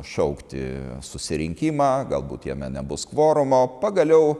šaukti susirinkimą galbūt jame nebus kvorumo pagaliau